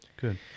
good